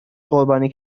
قربانی